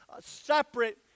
separate